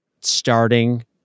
starting